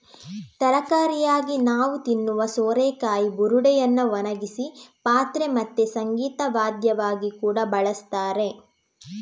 ತರಕಾರಿಯಾಗಿ ನಾವು ತಿನ್ನುವ ಸೋರೆಕಾಯಿ ಬುರುಡೆಯನ್ನ ಒಣಗಿಸಿ ಪಾತ್ರೆ ಮತ್ತೆ ಸಂಗೀತ ವಾದ್ಯವಾಗಿ ಕೂಡಾ ಬಳಸ್ತಾರೆ